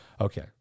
Okay